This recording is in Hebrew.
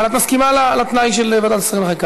אבל את מסכימה לתנאי של ועדת השרים לחקיקה?